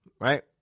right